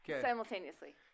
simultaneously